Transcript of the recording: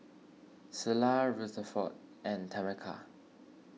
Selah Rutherford and Tameka